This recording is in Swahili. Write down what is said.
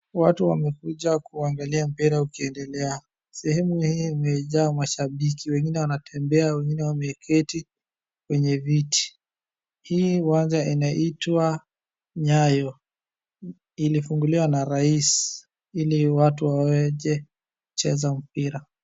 Watu wamekuja kuangalia mpira ukiendelea. Sehemu hii imejaa mashambiki, wengine wanatembea, wengine wameketi kwenye viti. Hii uwanja inaitwa Nyayo, ilifungulia na rais ili watu waweje kucheza mpira.